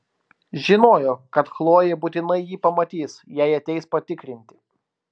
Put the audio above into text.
žinojo kad chlojė būtinai jį pamatys jei ateis patikrinti